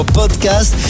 podcast